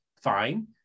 fine